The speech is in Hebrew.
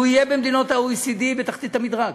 הוא יהיה במדינות ה-OECD בתחתית המדרג.